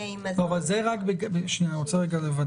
לא הייתי בדיון הקודם ולכן אגיד את התקנות כפי שהן כתובות כרגע,